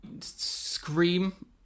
scream